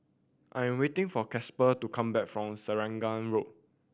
I am waiting for Casper to come back from Selarang Road